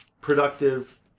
productive